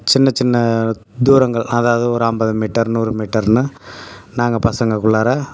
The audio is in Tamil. சின்ன சின்ன தூரங்கள் அதாவது ஒரு ஐம்பது மீட்டர் நூறு மீட்டர்னு நாங்கள் பசங்கள்குள்ளார